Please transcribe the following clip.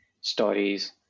stories